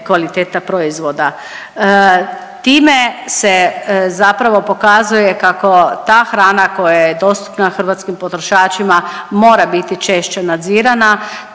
kvaliteta proizvoda. Time se zapravo pokazuje kako ta hrana koja je dostupna hrvatskim potrošačima mora biti češće nadzirana